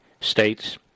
states